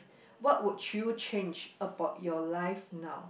what would you change about your life now